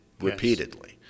repeatedly